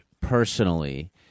personally